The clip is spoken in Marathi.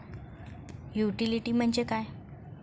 युटिलिटी म्हणजे काय?